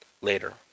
later